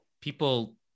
people